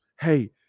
hey